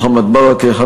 מוחמד ברכה,